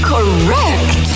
Correct